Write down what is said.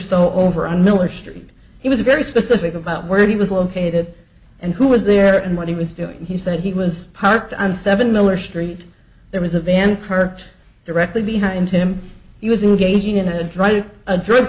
so over a miller street he was very specific about where he was located and who was there and what he was doing he said he was parked on seven miller street there was a van kirk directly behind him he was engaging in a dry to a drug